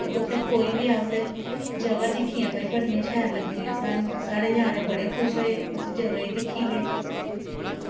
ते उत्थें कोई बी अस जगह दिक्खियां भई बड़ियां शैल लग्गियां सानूं साढ़े ञ्यानें बड़े खुश होये उस जगह गी दिक्खियै